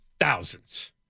thousands